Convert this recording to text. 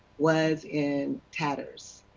was in tatters.